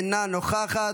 אינה נוכחת,